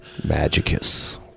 magicus